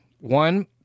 One